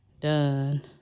Done